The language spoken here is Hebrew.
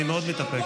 אני מאוד מתאפק.